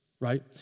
right